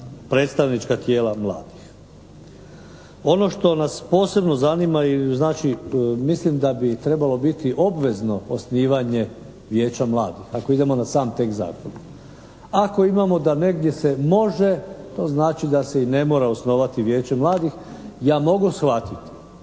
predstavnička tijela mladih. Ono što nas posebno zanima i znači, mislim da bi trebalo biti obvezno osnivanje vijeća mladih. Ako idemo na sam tekst zakona. Ako imamo da negdje se može to znači da se i ne mora osnovati Vijeće mladih. Ja mogu shvatiti